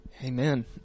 Amen